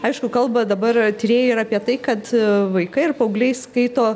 aišku kalba dabar tyrėjai ir apie tai kad vaikai ir paaugliai skaito